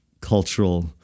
cultural